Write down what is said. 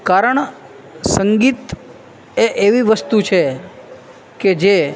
કારણ સંગીત એ એવી વસ્તુ છે કે જે